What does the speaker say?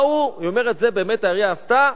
באו, היא אומרת, זה באמת העירייה עשתה,